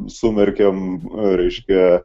sumerkėme reiškia